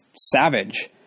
savage